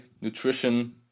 nutrition